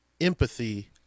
empathy